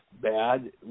bad